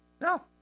No